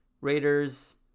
raiders